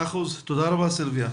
תודה רבה, סילביה.